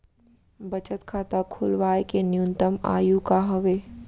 बचत खाता खोलवाय के न्यूनतम आयु का हवे?